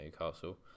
Newcastle